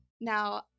Now